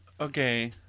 okay